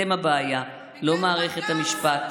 אתם הבעיה, לא מערכת המשפט.